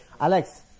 Alex